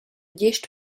gest